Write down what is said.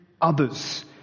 others